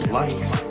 life